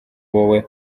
wowe